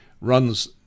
runs